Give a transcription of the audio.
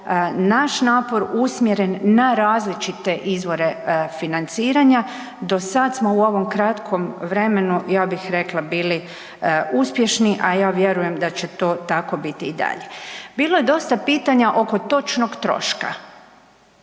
naš napor usmjeren na različite izvore financiranja. Do sad samo u ovom kratkom vremenu bili uspješni, a ja vjerujem da će to tako biti i dalje. Bilo je dosta pitanja oko točnog troška,